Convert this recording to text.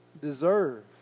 deserve